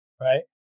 Right